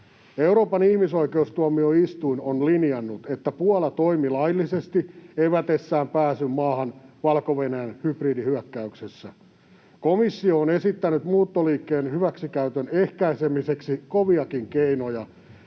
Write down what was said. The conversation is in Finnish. Euroopan ihmisoikeustuomioistuin on linjannut, että Puola toimi laillisesti evätessään pääsyn maahan Valko-Venäjän hybridihyökkäyksessä. Komissio on esittänyt muuttoliikkeen hyväksikäytön ehkäisemiseksi koviakin keinoja,